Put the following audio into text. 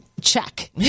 check